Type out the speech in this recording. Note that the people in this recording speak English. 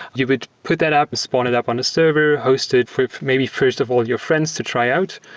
you would put that up, spawn it up on a server, host it for maybe, first of all, your friends to try out.